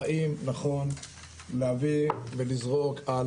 האם נכון להביא ולזרוק,